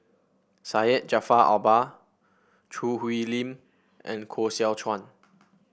Syed Jaafar Albar Choo Hwee Lim and Koh Seow Chuan